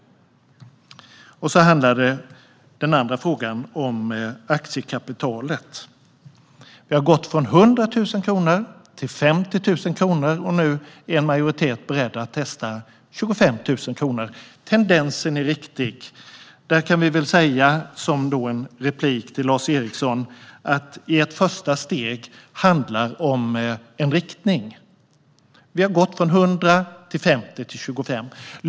Den andra frågan handlar om aktiekapitalet. Det har gått från 100 000 till 50 000 kronor, och nu är en majoritet beredd att testa 25 000 kronor; tendensen är riktig. Där kan vi väl som en replik till Lars Eriksson säga att det i ett första steg handlar om en riktning - vi har gått från 100 till 50 till 25.